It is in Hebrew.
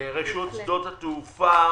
רשות שדות התעופה,